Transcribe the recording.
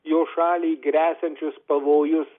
jo šaliai gresiančius pavojus